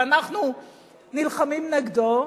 ואנחנו נלחמים נגדו.